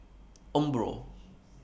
Umbro